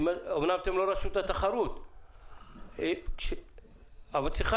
אמנם אתם לא רשות התחרות אבל צריכה